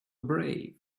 brave